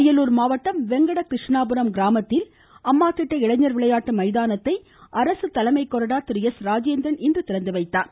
அரியலூர் மாவட்டம் வெங்கட கிருஷ்ணாபுரம் கிராமத்தில் அம்மா திட்ட இளைஞர் விளையாட்டு மைதானத்தை அரசு தலைமை கொறடா திரு எஸ் ராஜேந்திரன் இன்று திறந்துவைத்தார்